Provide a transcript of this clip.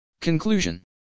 Conclusion